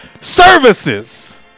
services